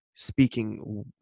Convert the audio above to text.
speaking